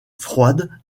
froides